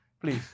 please